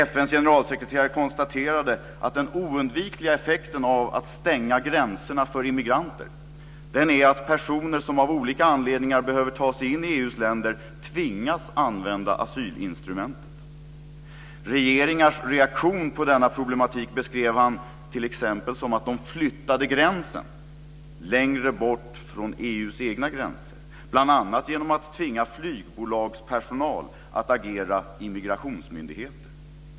FN:s generalsekreterare konstaterade att den oundvikliga effekten av att stänga gränserna för immigranter är att personer som av olika anledningar behöver ta sig in i EU:s länder tvingas använda asylinstrumentet. Regeringars reaktion på denna problematik beskrev han t.ex. så att de flyttade gränsen längre bort från EU:s egna gränser, bl.a. genom att tvinga flygbolagspersonal att agera immigrationsmyndigheter.